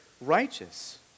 righteous